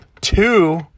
Two